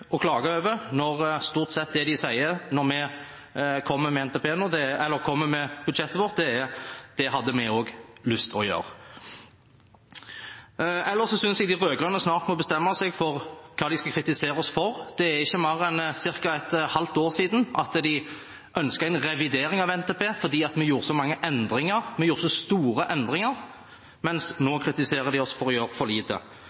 å klage over når det de stort sett sier når vi kommer med NTP-en eller med budsjettet vårt, er at det hadde de også lyst til å gjøre. Jeg synes de rød-grønne snart må bestemme seg for hva de skal kritisere oss for. Det er ikke mer enn ca. et halvt år siden de ønsket en revidering av NTP fordi vi gjorde så mange endringer, så store endringer, mens de nå kritiserer oss for å gjøre for lite.